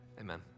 Amen